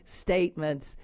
statements